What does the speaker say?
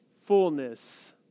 fullness